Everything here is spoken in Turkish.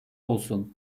olsun